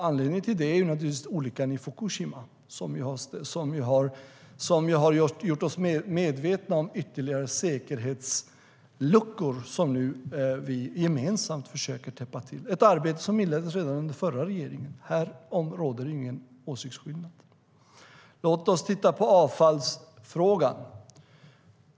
Anledningen till det är naturligtvis olyckan i Fukushima, som gjort oss medvetna om ytterligare luckor i säkerheten som vi gemensamt nu försöker täppa till. Det är ett arbete som inleddes redan under den förra regeringen; därom råder det ingen tvekan. Låt oss sedan se på avfallsfrågan.